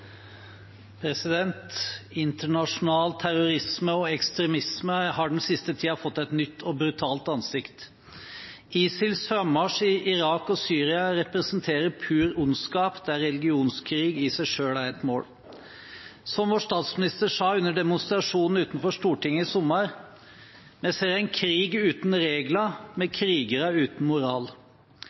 Internasjonal terrorisme og ekstremisme har den siste tiden fått et nytt og brutalt ansikt. ISILs frammarsj i Irak og Syria representerer pur ondskap der religionskrig i seg selv er et mål. Som vår statsminister sa under demonstrasjonen utenfor Stortinget i sommer: «Vi ser en krig uten regler med krigere uten moral.»